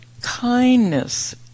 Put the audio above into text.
kindness